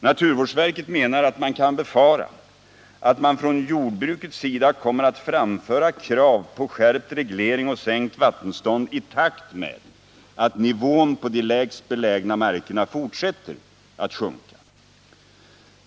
Naturvårdsverket menar att man kan befara att det från jordbrukets sida kommer att framföras krav på skärpt reglering och sänkt vattenstånd. i takt med att nivån på de lägst belägna markerna fortsätter att sjunka.